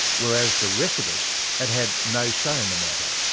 whereas the rest of us had had no say in the matter!